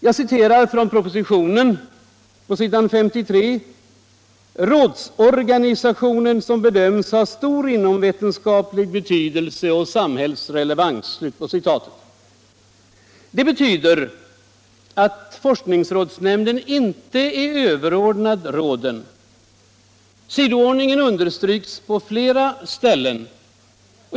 Jag citerar propositionen s. 53: ”Rådsorganisationens —-- som bedöms ha stor inomvetenskaplig betydelse och samhällsrelevans.” Det betyder att forskningsrådsnämnden inte är överordnad råden. Sidoordningen understryks på flera ställen.